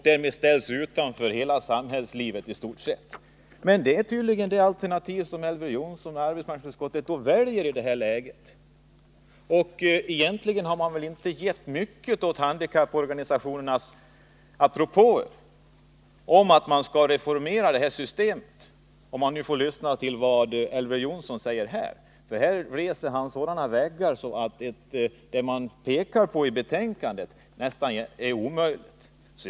Därmed ställs de utanför i stort sett hela samhällslivet, men det är tydligen det alternativ som Elver Jonsson och arbetsmarknadsutskottet väljer i detta läge. Egentligen har man väl inte ägnat många 127 tankar åt handikapporganisationernas propåer om att detta system skall reformeras. Det intrycket får man när man lyssnar till vad Elver Jonsson säger, för han reser sådana hinder att det vi pekar på i motionen nästan verkar ogenomförbart.